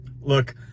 Look